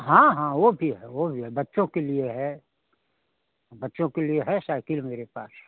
हाँ हाँ वह भी है वह भी है बच्चों के लिए है बच्चों के लिए है साइकिल मेरे पास